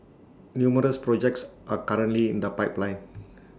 numerous projects are currently in the pipeline